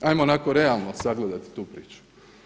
Hajmo onako realno sagledati tu priču.